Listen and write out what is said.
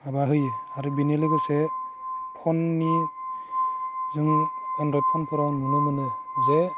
माबा होयो आरो बिनि लोगोसे फननि जों एनरयड फनफोराव नुनो मोनो जे